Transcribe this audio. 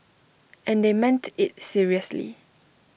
and they meant IT seriously